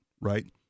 Right